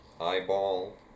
Eyeball